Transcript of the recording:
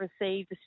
received